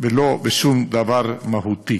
ולא בשום דבר מהותי.